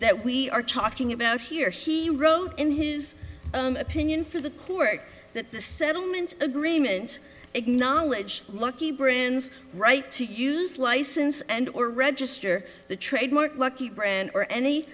that we are talking about here he wrote in his opinion for the court that the settlement agreement acknowledge lucky brynn's right to use license and or register the trademark lucky brand or any